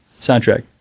Soundtrack